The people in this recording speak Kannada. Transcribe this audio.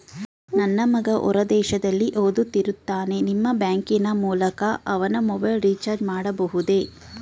ನನ್ನ ಮಗ ಹೊರ ದೇಶದಲ್ಲಿ ಓದುತ್ತಿರುತ್ತಾನೆ ನಿಮ್ಮ ಬ್ಯಾಂಕಿನ ಮೂಲಕ ಅವನ ಮೊಬೈಲ್ ರಿಚಾರ್ಜ್ ಮಾಡಬಹುದೇ?